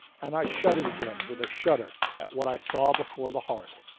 and i shut it again with a shudder at what i saw before the hearth,